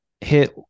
hit